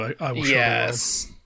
yes